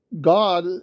God